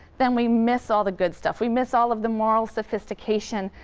then we miss all the good stuff. we miss all of the moral sophistication,